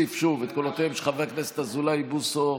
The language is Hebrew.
של חברי הכנסת אזולאי, בוסו,